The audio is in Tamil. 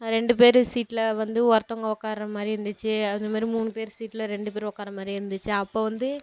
ரெண்டு பேர் சீட்டில் வந்து ஒருத்தவுங்க உட்க்கார்ற மாதிரி இருந்துச்சு அது மாரி மூணுபேர் சீட்டில் ரெண்டு பேர் உட்கார்ற மாதிரி இருந்துச்சு அப்போ வந்து